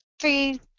three